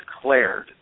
declared